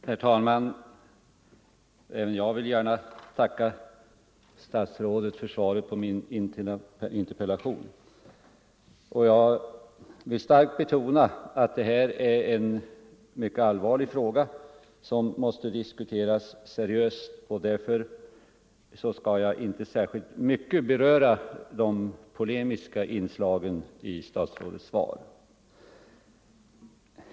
Herr talman! Även jag vill gärna tacka statsrådet för svaret på min interpellation. Jag vill starkt betona att det här är en mycket allvarlig fråga som måste diskuteras seriöst, och därför skall jag inte särskilt mycket beröra de polemiska inslagen i statsrådets svar.